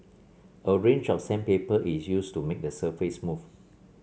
a range of sandpaper is used to make the surface smooth